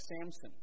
Samson